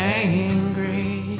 angry